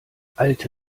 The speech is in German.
alte